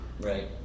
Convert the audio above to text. Right